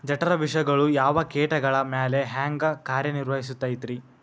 ಜಠರ ವಿಷಗಳು ಯಾವ ಕೇಟಗಳ ಮ್ಯಾಲೆ ಹ್ಯಾಂಗ ಕಾರ್ಯ ನಿರ್ವಹಿಸತೈತ್ರಿ?